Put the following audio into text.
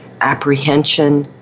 apprehension